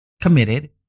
committed